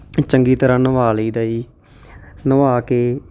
ਚੰਗੀ ਤਰ੍ਹਾਂ ਨਵਾ ਲਈ ਦਾ ਜੀ ਨਵਾ ਕੇ